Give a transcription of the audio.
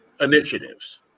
initiatives